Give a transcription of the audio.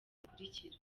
zikurikira